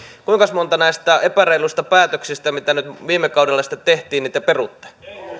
kuinkas monta näistä epäreiluista päätöksistä mitä viime kaudella sitten tehtiin te perutte